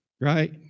Right